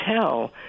tell